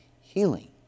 healing